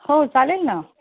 हो चालेल ना